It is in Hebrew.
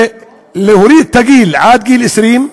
להוריד את הגיל ל-20.